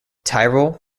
tyrol